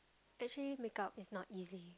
actually makeup is not easy